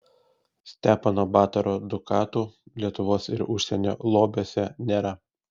stepono batoro dukatų lietuvos ir užsienio lobiuose nėra